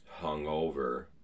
hungover